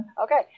Okay